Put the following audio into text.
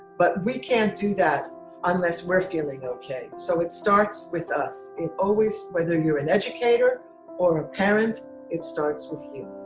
but we can't do that unless we're feeling okay so it starts with us it always whether you're an educator or a parent it starts with you.